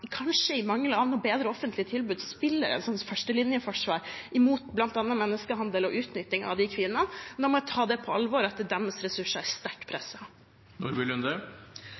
kanskje i mangelen av noe bedre offentlig tilbud, spiller en rolle som førstelinjeforsvar mot bl.a. menneskehandel og utnytting av de kvinnene, og da må vi ta på alvor at krisesentrenes ressurser er sterkt